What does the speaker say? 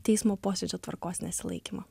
teismo posėdžio tvarkos nesilaikymą